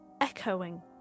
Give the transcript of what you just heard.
echoing